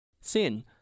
sin